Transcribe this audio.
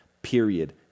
Period